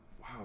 Wow